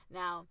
now